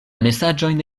mesaĝojn